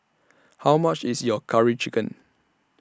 How much IS your Curry Chicken